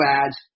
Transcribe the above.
ads